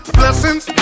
blessings